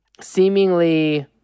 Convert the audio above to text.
seemingly